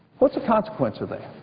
what's the consequence of that?